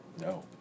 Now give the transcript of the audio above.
No